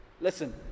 listen